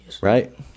Right